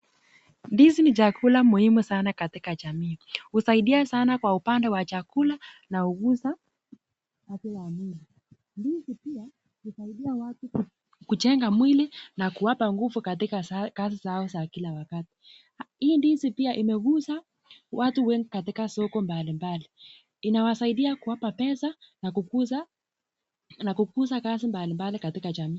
Ndizi ni chakula muhimu sana katika jamii. Husaidia sana kwa upande wa chakula na kuuza zikiwa nyingi. Ndizi pia husaidia watu kujenga mwili na kuwapa nguvu katika kazi zao za kila wakati. Hii ndizi pia imekuza watu wengi kutoka soko mbalimbali, inawasaidia kuwapa pesa na kukuza kazi mbalimbali katika jamii.